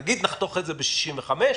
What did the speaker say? נגיד: נחתוך את זה בגיל 65,